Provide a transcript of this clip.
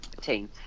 team